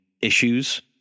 issues